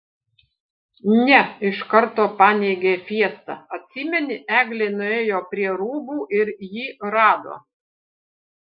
ne iš karto paneigė fiesta atsimeni eglė nuėjo prie rūbų ir jį rado